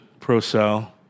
ProCell